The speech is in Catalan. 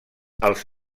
els